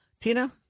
Tina